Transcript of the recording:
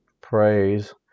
praise